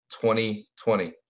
2020